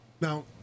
Now